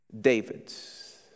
David's